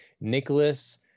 nicholas